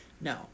No